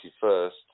first